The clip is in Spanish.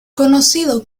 conocido